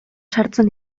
sartzen